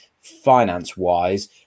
finance-wise